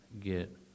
get